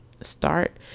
Start